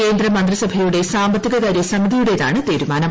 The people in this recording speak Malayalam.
കേന്ദ്രമന്ത്രിസഭയുടെ സാമ്പത്തിക കാര്യ സമിതിയുടേതാണ് തീരുമാനം